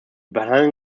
behandeln